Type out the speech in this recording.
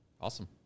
awesome